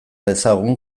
dezagun